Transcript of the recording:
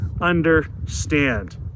understand